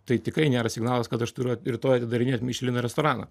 tai tikrai nėra signalas kad aš turiu rytoj atidarinėt michelin restoraną